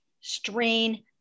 strain